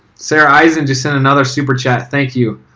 sarah eisen just sent another super chat. thank you.